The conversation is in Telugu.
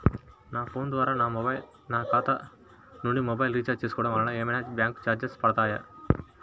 నా ఫోన్ ద్వారా నా ఖాతా నుండి మొబైల్ రీఛార్జ్ చేసుకోవటం వలన ఏమైనా బ్యాంకు చార్జెస్ పడతాయా?